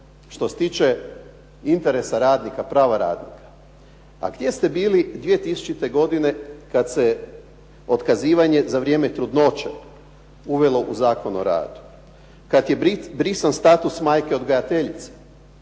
što se tiče interesa prava radnika, a gdje ste bili 2000. godine kad se otkazivanje za vrijeme trudnoće uvelo u Zakon o radu, kad je brisan status majke odgajateljice,